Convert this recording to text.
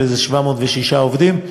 של איזה 706 עובדים.